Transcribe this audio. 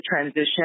transition